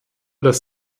dass